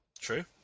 True